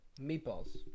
meatballs